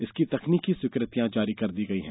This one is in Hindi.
इसकी तकनीकी स्वीकृतियाँ जारी कर दी गई हैं